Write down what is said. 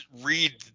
read